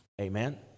amen